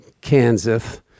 Kansas